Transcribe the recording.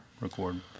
record